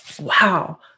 wow